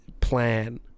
plan